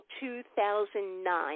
2009